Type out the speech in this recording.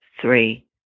three